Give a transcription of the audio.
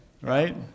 right